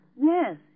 Yes